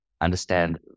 understand